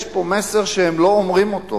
יש פה מסר שהם לא אומרים אותו.